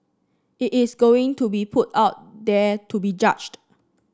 it is going to be put out there to be judged